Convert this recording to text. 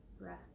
breath